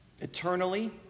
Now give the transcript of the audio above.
eternally